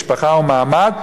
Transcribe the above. משפחה או מעמד,